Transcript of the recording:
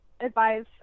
advise